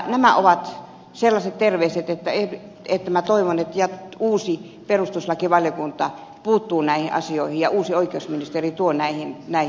nämä ovat sellaiset terveiset että minä toivon että uusi perustuslakivaliokunta puuttuu näihin asioihin ja uusi oikeusministeri tuo näihin muutokset